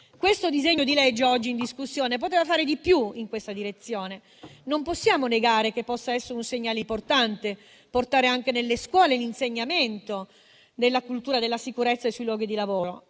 Questo disegno di legge oggi in discussione poteva fare di più in questa direzione. Non possiamo negare che possa essere un segnale importante portare anche nelle scuole l'insegnamento della cultura della sicurezza sui luoghi di lavoro,